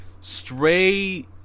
stray